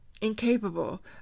incapable